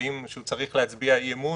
כשהוא צריך להצביע אי-אמון,